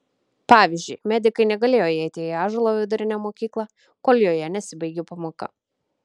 pavyzdžiui medikai negalėjo įeiti į ąžuolo vidurinę mokyklą kol joje nesibaigė pamoka